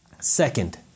Second